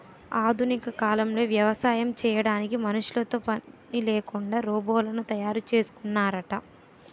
ఆధునిక కాలంలో వ్యవసాయం చేయడానికి మనుషులతో పనిలేకుండా రోబోలను తయారు చేస్తున్నారట